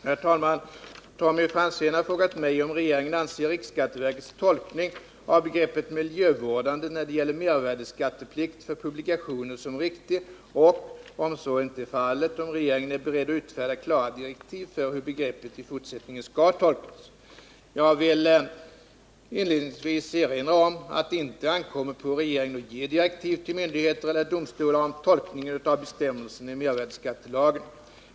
Herr talman! Tommy Franzén har frågat mig om regeringen anser riksskatteverkets tolkning av begreppet miljövårdande när det gäller mervärdeskatteplikt för publikationer som riktig och, om så ej är fallet, om regeringen är beredd att utfärda klara direktiv för hur begreppet i fortsättningen skall tolkas. Jag vill inledningsvis erinra om att det inte ankommer på regeringen att ge direktiv till myndigheter eller domstolar om tolkningen av bestämmelserna i mervärdeskattelagen.